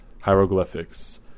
Hieroglyphics